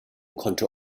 konnte